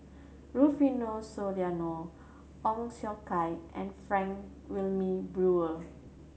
Rufino Soliano Ong Siong Kai and Frank Wilmin Brewer